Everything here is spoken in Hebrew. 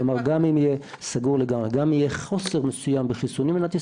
גם אם יהיה חוסר מסוים בחיסונים במדינת ישראל,